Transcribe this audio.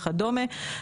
וכדומה.